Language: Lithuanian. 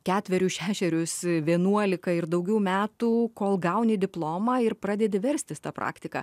ketverius šešerius vienuolika ir daugiau metų kol gauni diplomą ir pradedi verstis ta praktika